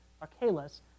Archelaus